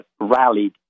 rallied